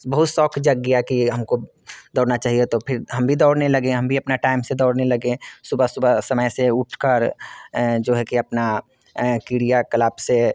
बहुत शौक़ जग गया कि हम को दौड़ना चाहिए तो फिर हम भी दौड़ने लगे हम भी अपना टाइम से दौरने लगे सुबह सुबह समय से उठ कर जो है कि अपना क्रियाकलाप से